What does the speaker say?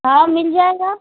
हाँ मिल जाएगा